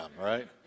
right